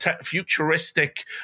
futuristic